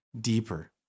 deeper